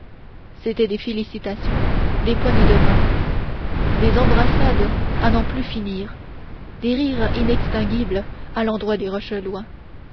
c'étaient des félicitations des poignées de main des embrassades à n'en plus finir des rires inextinguibles à l'endroit des